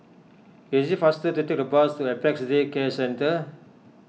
it is faster to take the bus to Apex Day Care Centre